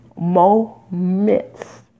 moments